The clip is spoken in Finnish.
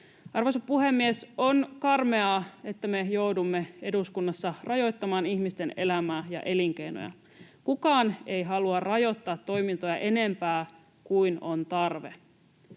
Arvoisa puhemies! On karmeaa, että me joudumme eduskunnassa rajoittamaan ihmisten elämää ja elinkeinoja. Kukaan ei halua rajoittaa toimintoja enempää kuin on tarve.